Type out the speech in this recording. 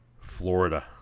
Florida